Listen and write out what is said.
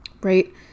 right